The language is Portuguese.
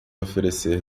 oferecer